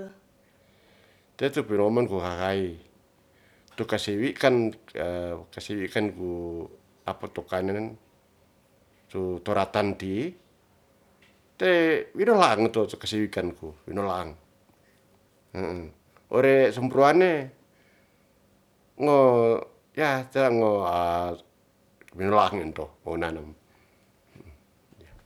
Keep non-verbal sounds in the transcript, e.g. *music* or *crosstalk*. Te to piroman huhai to kasi wi' kan *hesitation* kasi wi' kan ku apa to kanen tu toratan ti''i, te wirolaang to se kase wikan ku winolaang. Ore sempruane ngo ya' ta ngo *hesitation* winolaang ento wo nanem